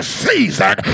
season